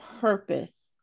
purpose